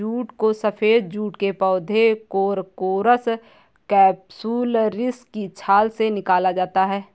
jute को सफेद jute के पौधे कोरकोरस कैप्सुलरिस की छाल से निकाला जाता है